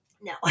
No